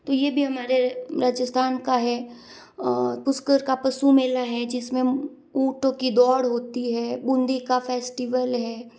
तो ये भी हमारे राजस्थान का है पुष्कर का पशु मेला है जिस में ऊँटों की दौड़ होती है बूंदी का फेस्टिवल है